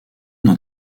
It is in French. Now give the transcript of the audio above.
dans